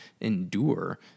endure